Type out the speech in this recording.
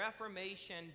Reformation